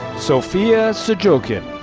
sofia so sjouken.